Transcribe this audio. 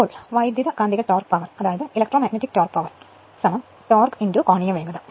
ഇപ്പോൾ വൈദ്യുതകാന്തിക torque power torque കോണീയ വേഗത